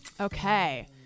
Okay